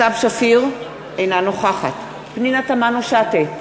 סתיו שפיר, אינה נוכחת פנינה תמנו-שטה,